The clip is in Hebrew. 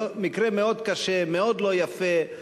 מקרה מאוד קשה, מאוד לא יפה.